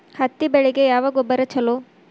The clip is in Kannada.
ಹತ್ತಿ ಬೆಳಿಗ ಯಾವ ಗೊಬ್ಬರ ಛಲೋ?